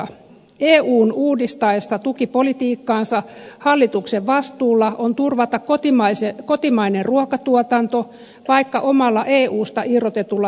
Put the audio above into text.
eun uudistaessa tukipolitiikkaansa hallituksen vastuulla on turvata kotimainen ruokatuotanto vaikka omalla eusta irrotetulla tukipolitiikalla